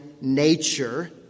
nature